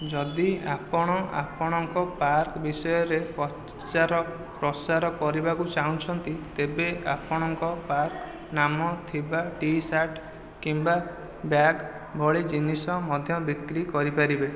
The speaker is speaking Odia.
ଯଦି ଆପଣ ଆପଣଙ୍କ ପାର୍କ ବିଷୟରେ ପ୍ରଚାର ପ୍ରସାର କରିବାକୁ ଚାହୁଁଛନ୍ତି ତେବେ ଆପଣଙ୍କ ପାର୍କ ନାମ ଥିବା ଟିସାର୍ଟ କିମ୍ବା ବ୍ୟାଗ ଭଳି ଜିନିଷ ମଧ୍ୟ ବିକ୍ରି କରିପାରିବେ